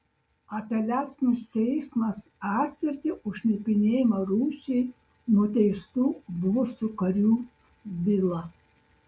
apeliacinis teismas atvertė už šnipinėjimą rusijai nuteistų buvusių karių bylą